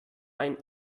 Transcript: ein